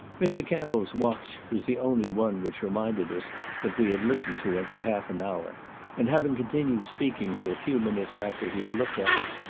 mr. campbell's watch was the only one which reminded us that we had listened to him for half an hour and having continued speaking for a few minutes after he had looked at it,